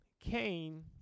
Cain